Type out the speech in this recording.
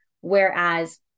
Whereas